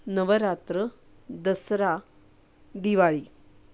Navratra Dasara Diwali